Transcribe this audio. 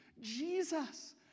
Jesus